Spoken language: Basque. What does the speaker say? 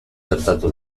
gertatu